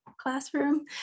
classroom